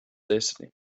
destiny